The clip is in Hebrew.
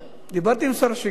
דיברתי עם שר השיכון,